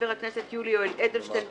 חה״כ יולי (יואל) אדלשטיין,